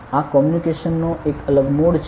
આ કોમ્યુનિકેશન નો એક અલગ મોડ છે